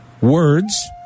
Words